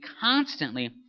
constantly